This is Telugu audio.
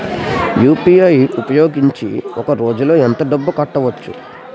యు.పి.ఐ ఉపయోగించి ఒక రోజులో ఎంత డబ్బులు కట్టవచ్చు?